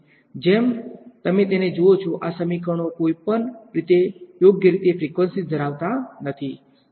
જેમ તમે તેને જુઓ છો આ સમીકરણો કોઈ પણ રીતે યોગ્ય રીતે ફ્રીક્વન્સીઝ ધરાવતા નથી